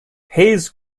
hayes